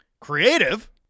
Creative